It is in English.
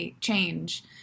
change